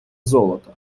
золото